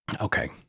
Okay